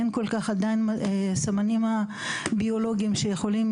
אין כל כך עדיין סמנים ביולוגיים שיכולים